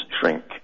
shrink